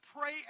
pray